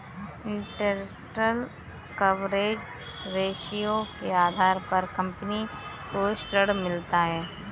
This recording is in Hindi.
इंटेरस्ट कवरेज रेश्यो के आधार पर कंपनी को ऋण मिलता है